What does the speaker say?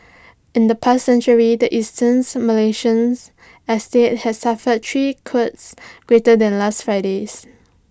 in the past century the Eastern Malaysian as state has suffered three quakes greater than last Friday's